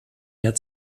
der